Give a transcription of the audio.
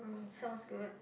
sounds good